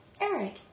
Eric